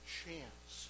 chance